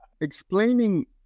explaining